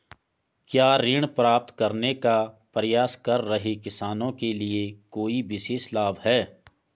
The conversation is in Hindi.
क्या ऋण प्राप्त करने का प्रयास कर रहे किसानों के लिए कोई विशेष लाभ हैं?